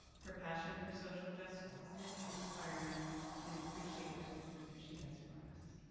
her passion for social justice is and inspiring and i appreciate everything that she does for us.